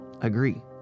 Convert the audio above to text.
agree